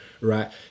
right